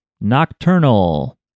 Nocturnal